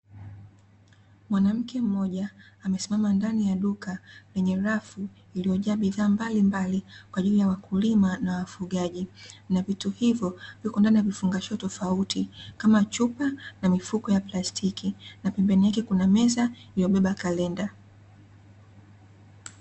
Mwanamke mmoja amesimama ndani ya duka lenye rafu iliyojaa bidhaa mbalimbali kwa ajili ya wakulima na wafugaji na vitu hivyo viko ndani ya vifungasho tofauti kama chupa na mifuko ya plastiki na pembeni yake kuna meza iliyobeba kalenda.